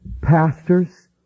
pastors